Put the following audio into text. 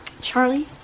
Charlie